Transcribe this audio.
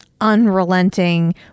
unrelenting